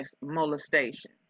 molestation